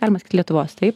galimas sakyt lietuvos taip